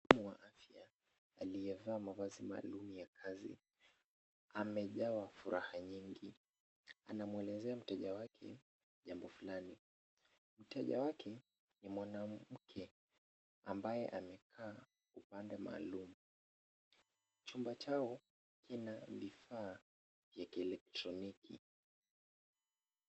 Mtaalamu wa afya aliyevaa mavazi maalum ya kazi, amejawa furaha nyingi. Anamwelezea mteja wake jambo fulani. Mteja wake ni mwanamke ambaye amekaa upande maalum. Chumba chao kina vifaa vya kielektroniki.